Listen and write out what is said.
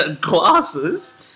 Glasses